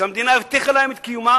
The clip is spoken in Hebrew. שהמדינה הבטיחה להם את קיומם,